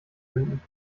binden